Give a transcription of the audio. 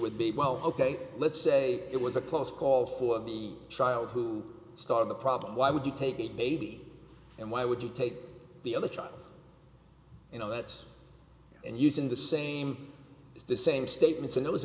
would be well ok let's say it was a close call for the child who started the problem why would you take the baby and why would you take the other child you know that's and using the same is the same statements in those